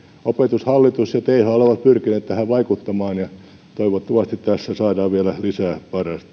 opetushallitus ja thl ovat pyrkineet tähän vaikuttamaan ja toivottavasti tässä saadaan vielä lisää